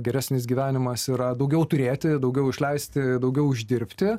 geresnis gyvenimas yra daugiau turėti daugiau išleisti daugiau uždirbti